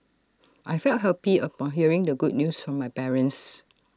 I felt happy upon hearing the good news from my parents